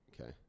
Okay